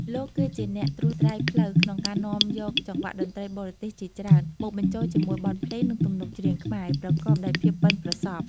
លោកគឺជាអ្នកត្រួសត្រាយផ្លូវ ក្នុងការនាំយកចង្វាក់តន្ត្រីបរទេសជាច្រើន មកបញ្ចូលជាមួយបទភ្លេង និងទំនុកច្រៀងខ្មែរ ប្រកបដោយភាពប៉ិនប្រសប់ ។